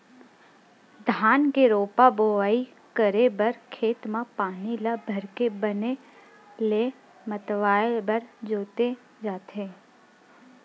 धान के रोपा बोवई करे बर खेत म पानी ल भरके बने लेइय मतवाए बर जोते जाथे